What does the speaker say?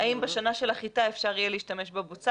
האם בשנה של החיטה אפשר יהיה להשתמש בבוצה